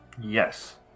Yes